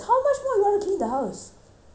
I already clean so much